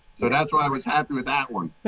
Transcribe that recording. so that's why i was happy with that one.